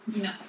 No